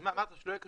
אז מה יהיה כתוב?